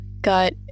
got